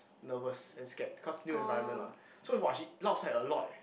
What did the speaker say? nervous and scared because new environment what so !wah! she lao sai a lot eh